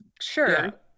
sure